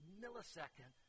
millisecond